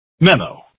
Memo